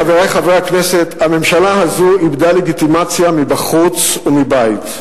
חברי חברי הכנסת: הממשלה הזו איבדה לגיטימציה מבחוץ ומבית.